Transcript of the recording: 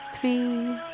three